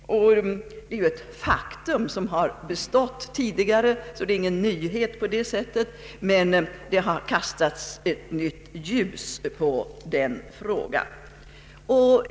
Det är ett faktum, så det är 1 och för sig ingen nyhet, men det har kastat ett nytt ljus över detta vårt beslut.